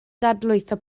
dadlwytho